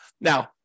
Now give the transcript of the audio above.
Now